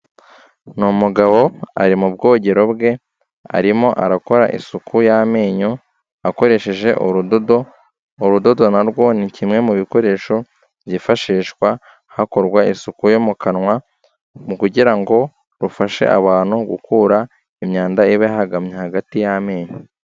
Ni umugabo, ari mu bwogero bwe, arimo arakora isuku y'amenyo, akoresheje urudodo, urudodo na rwo ni kimwe mu bikoresho byifashishwa hakorwa isuku yo mu kanwa, mu kugira ngo rufashe abantu gukura imyanda iba yahagamye hagati y'amenyo.